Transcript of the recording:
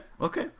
Okay